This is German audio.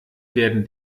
werden